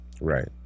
right